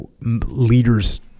leaders